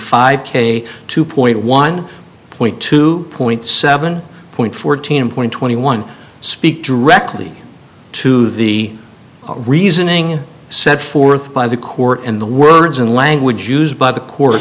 five k two point one point two point seven point fourteen point twenty one speak directly to the reasoning set forth by the court and the words and language used by the